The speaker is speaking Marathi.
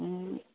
हं